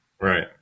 Right